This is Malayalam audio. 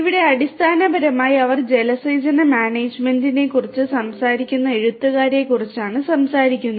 ഇവിടെ അടിസ്ഥാനപരമായി അവർ ജലസേചന മാനേജ്മെന്റിനെക്കുറിച്ച് സംസാരിക്കുന്ന എഴുത്തുകാരെക്കുറിച്ചാണ് സംസാരിക്കുന്നത്